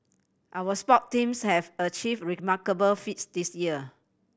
our sport teams have achieved remarkable feats this year